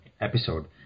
episode